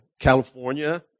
California